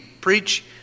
preach